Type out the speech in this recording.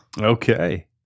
Okay